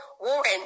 warrant